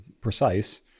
Precise